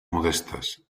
modestes